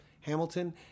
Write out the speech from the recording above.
Hamilton